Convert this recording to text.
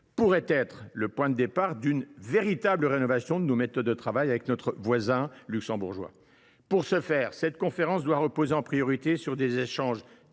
pourrait constituer le point de départ d’une véritable rénovation de nos méthodes de travail avec notre voisin luxembourgeois. Pour ce faire, cette conférence doit reposer en priorité sur des échanges